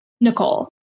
Nicole